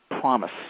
Promise